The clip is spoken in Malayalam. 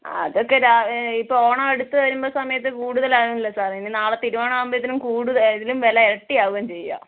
അതൊക്കെ രാവിലെ ഇപ്പോൾ ഓണം അടുത്തുവരുന്ന സമയത്ത് കൂടുതൽ ആവില്ലേ സാറേ ഇനി നാളെ തിരുവോണം ആകുമ്പോഴത്തേനും കൂടുതൽ ഇതിലും വില ഇരട്ടി ആവുകയാണ് ചെയ്യുക